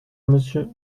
monsieur